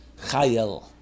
Chayel